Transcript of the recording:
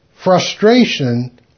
frustration